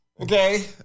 Okay